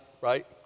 right